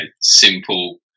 simple